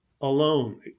alone